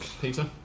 Peter